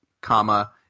comma